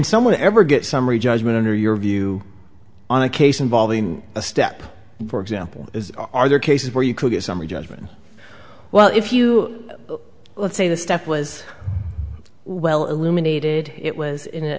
someone ever get summary judgment or your view on a case involving a step for example is are there cases where you could get summary judgment well if you let's say the step was well illuminated it was in a